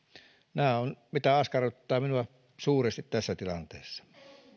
nämä askarruttavat minua suuresti tässä tilanteessa